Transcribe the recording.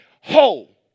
whole